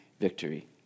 victory